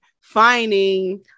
finding